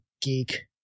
geek